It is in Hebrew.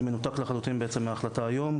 זה מנותק לחלוטין בעצם מההחלטה היום,